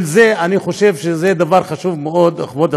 לכן אני חושב שזה דבר חשוב מאוד.